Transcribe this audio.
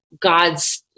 God's